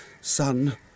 son